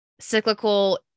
cyclical